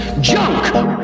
junk